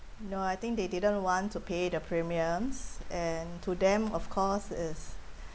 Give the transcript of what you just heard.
no I think they didn't want to pay the premiums and and to them of course it's